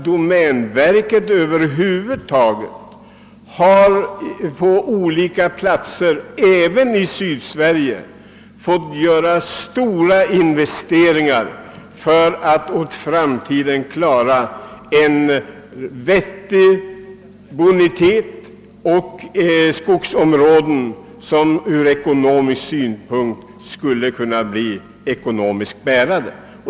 Domänverket har på olika platser även i Sydsverige fått göra stora investeringar för att för framtiden åstadkomma en vettig bonitet och skapa skogsområden som skulle kunna bli ekonomiskt bärande.